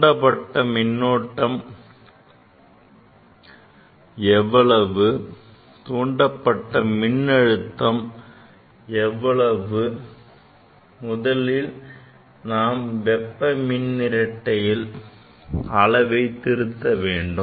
தூண்டப்பட்ட மின்னோட்டம் எவ்வளவு தூண்டப்பட்ட மின்னழுத்தம் எவ்வளவு முதலில் நாம் வெப்ப மின் இரட்டையின் அளவை திருத்த வேண்டும்